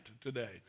today